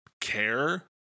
care